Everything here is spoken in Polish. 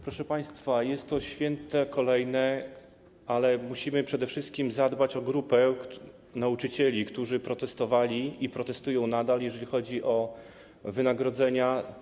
Proszę państwa, jest to kolejne święto, ale musimy przede wszystkim zadbać o grupę nauczycieli, którzy protestowali i protestują nadal, jeżeli chodzi o wynagrodzenia.